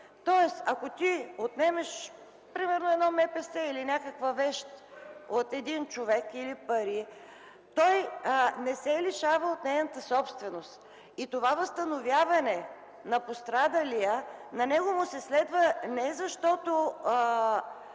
Тоест, ако ти отнемеш примерно МПС или някаква вещ от един човек, или пари, той не се лишава от нейната собственост. Възстановяване на пострадалия му се следва не защото